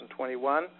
2021